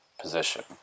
position